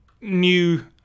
new